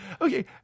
okay